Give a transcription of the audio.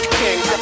king